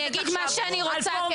אני אגיד מה שאני רוצה,